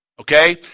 Okay